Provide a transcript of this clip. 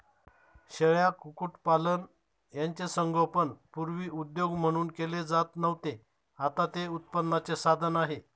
शेळ्या, कुक्कुटपालन यांचे संगोपन पूर्वी उद्योग म्हणून केले जात नव्हते, आता ते उत्पन्नाचे साधन आहे